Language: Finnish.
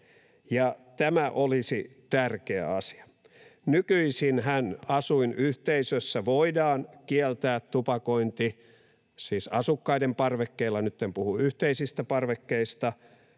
Tämä olisi tärkeä asia. Nykyisinhän asuinyhteisössä voidaan kieltää tupakointi — siis asukkaiden parvekkeella, nyt en puhu yhteisistä parvekkeista